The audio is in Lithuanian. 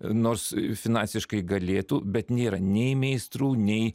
nors finansiškai galėtų bet nėra nei meistrų nei